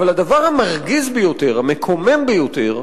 אבל הדבר המרגיז ביותר, המקומם ביותר,